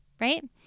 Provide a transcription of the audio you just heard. right